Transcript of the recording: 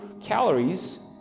calories